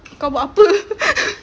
kau buat apa